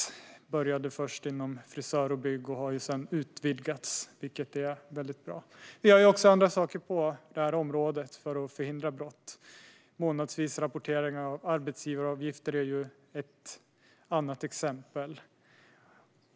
Det började först inom frisör och byggbranschen och har sedan utvidgats, vilket är bra. Det görs även andra saker på området, för att förhindra brott. Månadsvis rapportering av arbetsgivaravgifter är ett exempel.